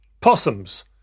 possums